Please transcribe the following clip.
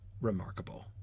remarkable